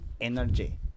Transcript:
energy